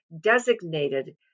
designated